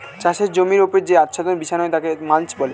চাষের জমির ওপর যে আচ্ছাদন বিছানো হয় তাকে মাল্চ বলে